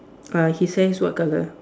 uh his hair is what colour